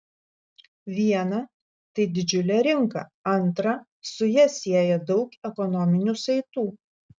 viena tai didžiulė rinka antra su ja sieja daug ekonominių saitų